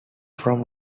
from